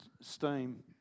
steam